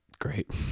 great